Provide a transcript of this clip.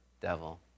devil